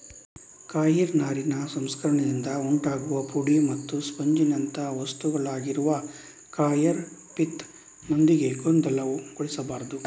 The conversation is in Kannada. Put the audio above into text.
ಕಾಯಿರ್ ನಾರಿನ ಸಂಸ್ಕರಣೆಯಿಂದ ಉಂಟಾಗುವ ಪುಡಿ ಮತ್ತು ಸ್ಪಂಜಿನಂಥ ವಸ್ತುವಾಗಿರುವ ಕಾಯರ್ ಪಿತ್ ನೊಂದಿಗೆ ಗೊಂದಲಗೊಳಿಸಬಾರದು